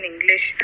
English